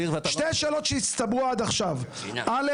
אני רוצה להסביר ואתה --- שתי שאלות שהצטברו עד עכשיו: א',